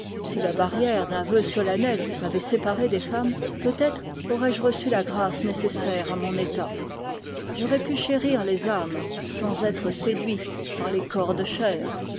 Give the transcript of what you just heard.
si la barrière d'un vœu solennel m'avait séparé des femmes peut-être aurais-je reçu la grâce nécessaire à mon état j'aurais pu chérir les âmes sans être séduit par les corps